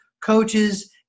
coaches